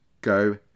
go